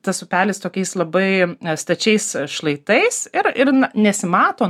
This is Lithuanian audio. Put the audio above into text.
tas upelis tokiais labai stačiais šlaitais ir ir na nesimato